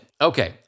Okay